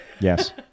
Yes